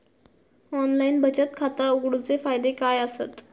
Online बचत खाता उघडूचे फायदे काय आसत?